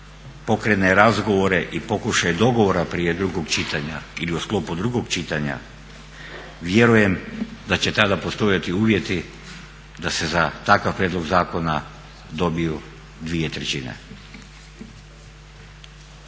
pokrene razgovore i pokušaj dogovora prije drugog čitanja ili u sklopu drugog čitanja vjerujem da će tada postojati uvjeti da se za takav prijedlog zakona dobiju dvije trećine.